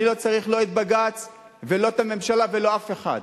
אני לא צריך לא את בג"ץ ולא את הממשלה ולא אף אחד.